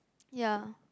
ya